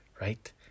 Right